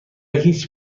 هیچ